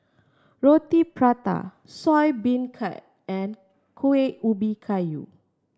Roti Prata Soya Beancurd and Kuih Ubi Kayu